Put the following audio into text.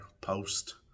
post